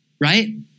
right